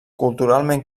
culturalment